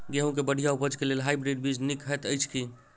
गेंहूँ केँ बढ़िया उपज केँ लेल हाइब्रिड बीज नीक हएत अछि की?